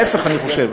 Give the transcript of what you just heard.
ההפך אני חושב.